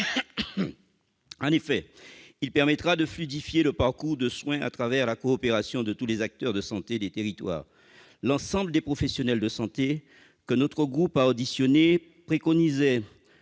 En effet, cela permettra de fluidifier le parcours de soins au travers de la coopération de tous les acteurs de santé des territoires. L'ensemble des professionnels de santé que notre groupe a auditionnés préconisent